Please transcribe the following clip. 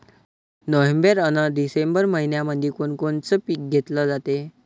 November अन December मइन्यामंधी कोण कोनचं पीक घेतलं जाते?